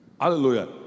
Hallelujah